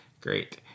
great